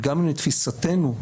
וגם לתפיסתנו,